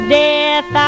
death